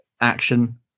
action